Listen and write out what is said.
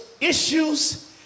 issues